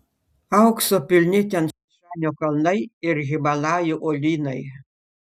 aukso pilni tian šanio kalnai ir himalajų uolynai